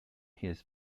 his